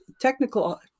technical